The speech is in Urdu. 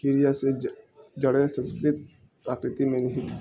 کڑیا سے جڑیں سنسکرت آکرتی میں نہیں